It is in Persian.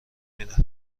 میره